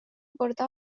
korda